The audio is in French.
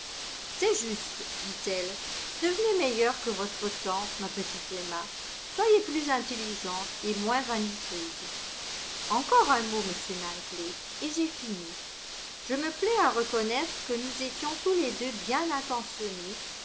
c'est juste dit-elle devenez meilleure que votre tante ma petite emma soyez plus intelligente et moins vaniteuse encore un mot monsieur knightley et j'ai fini je me plais à reconnaître que nous étions tous les deux bien intentionnés